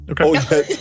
Okay